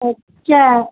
சரி சேரி